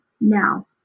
now